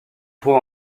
trouve